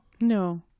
No